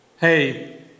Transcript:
hey